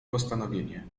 postanowienie